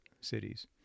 cities